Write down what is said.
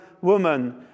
woman